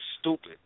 stupid